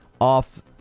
off